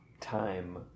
time